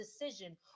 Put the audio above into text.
decision